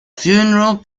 funeral